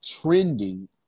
trending